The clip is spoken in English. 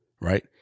Right